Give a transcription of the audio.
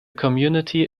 community